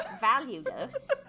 valueless